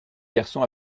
garçon